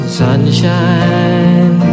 sunshine